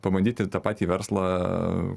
pabandyti tą patį verslą